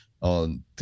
on